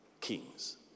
kings